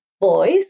boys